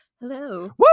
Hello